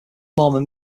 mormon